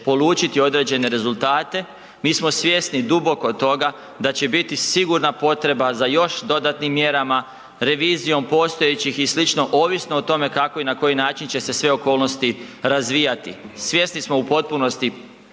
polučiti određene rezultata. Mi smo svjesni duboko toga da će biti sigurna potreba za još dodatnim mjerama, revizijom postojećih i sl. ovisno o tome kako i na koji način će se sve okolnosti razvijati. Svjesni smo u potpunosti